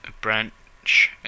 Branch